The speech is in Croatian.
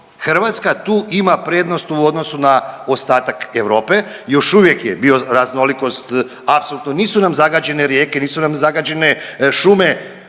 Hrvatska tu ima prednost u odnosu na ostatak Europe. Još uvijek je bioraznolikost apsolutno nisu nam zagađene rijeke, nisu nam zagađene šume.